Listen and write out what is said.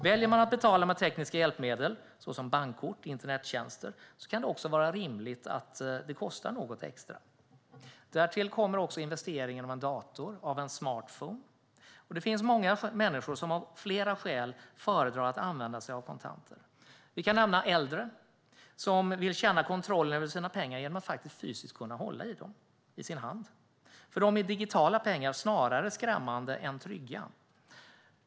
Väljer man att betala med tekniska hjälpmedel, såsom bankkort och internettjänster, kan det också vara rimligt att det kostar något extra. Därtill kommer också investeringen i en dator eller en smartmobil. Det finns många människor som av flera skäl föredrar att använda sig av kontanter. Vi kan nämna äldre, som vill känna kontroll över sina pengar genom att faktiskt fysiskt kunna hålla dem i sin hand. För dem är digitala pengar snarare skrämmande än trygga.